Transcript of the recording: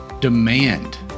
Demand